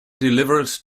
delivered